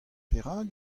perak